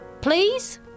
Please